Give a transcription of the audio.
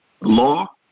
law